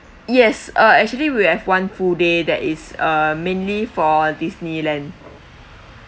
yes uh actually we have one full day that is uh mainly for Disneyland